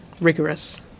rigorous